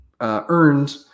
earned